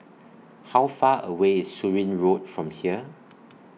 How Far away IS Surin Road from here